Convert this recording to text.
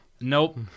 nope